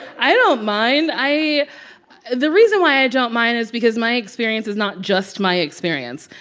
i don't mind. i the reason why i don't mind is because my experience is not just my experience.